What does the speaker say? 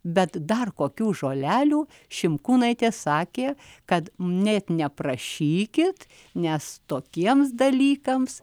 bet dar kokių žolelių šimkūnaitė sakė kad net neprašykit nes tokiems dalykams